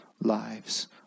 lives